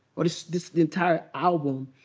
or this this entire album,